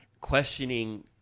questioning